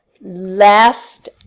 left